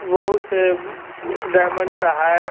बहुत से डायमंड का है